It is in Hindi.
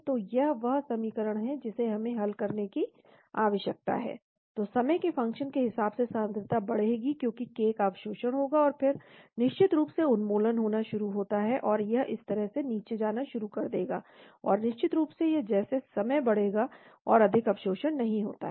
तो यह वह समीकरण है जिसे हमें हल करने की आवश्यकता है तो समय के फंक्शनके हिसाब से सांद्रता बढ़ेगी क्योंकि k का अवशोषण होगा और फिर निश्चित रूप से उन्मूलन होना शुरू होता है तो यह इस तरह से नीचे जाना शुरू कर देगा और निश्चित रूप से जैसे समय बढ़ेगा और अधिक अवशोषण नहीं होता है